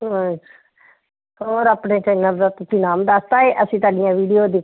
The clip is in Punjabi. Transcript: ਹੋਰ ਆਪਣੇ ਚੈਨਲ ਦਾ ਤੁਸੀਂ ਆਪਣਾ ਨਾਮ ਦੱਸਤਾ ਹੈ ਅਸੀਂ ਤੁਹਾਡੀਆਂ ਵੀਡੀਓ ਦੇ